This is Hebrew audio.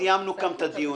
סיימנו גם את הדיון.